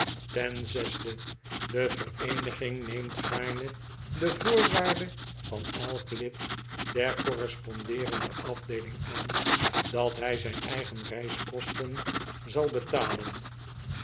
e de vereeniging neemt gaarne de voorwaarde van elk lid der correspondeerende afdeeling aan dat hij zijn eigen reiskosten zal betalen